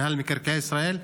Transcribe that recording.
רשות מקרקעי ישראל.